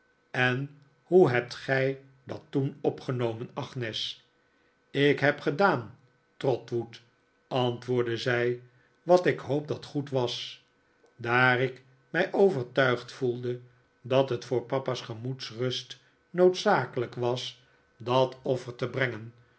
en hoe hebt gij dat toen opgenomen agnes ik heb gedaan trotwood antwoordde zij wat ik hoop dat goed was daar ik mij overtuigd voelde dat het voor papa's gemoedsrust noodzakelijk was dat offer te brengen